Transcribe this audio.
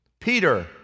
Peter